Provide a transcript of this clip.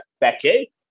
Becky